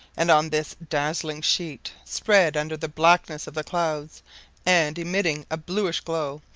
and on this dazzling sheet, spread under the blackness of the clouds and emitting a bluish glow,